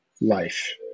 life